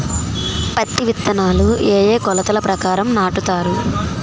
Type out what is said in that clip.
పత్తి విత్తనాలు ఏ ఏ కొలతల ప్రకారం నాటుతారు?